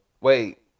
wait